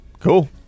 Cool